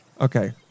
Okay